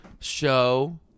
show